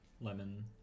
lemon